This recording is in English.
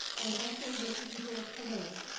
and also the cathedral of cologne.